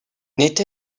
nid